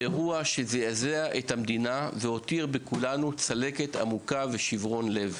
באירוע שזעזע את המדינה והותיר בכולנו צלקת עמוקה ושברון לב.